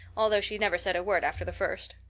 although she never said a word after the first.